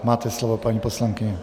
Máte slovo, paní poslankyně.